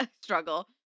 struggle